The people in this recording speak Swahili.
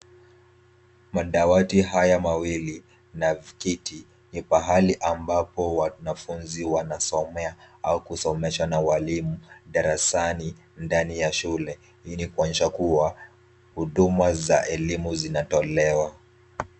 Madawati haya mawili na viketi, ni pahali ambapo wanafunzi wanasomea au kusomeshwa na walimu darasani ndani ya shule, hii ni kuonyesha kuwa huduma za kielimu zinatolewa.